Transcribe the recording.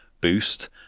boost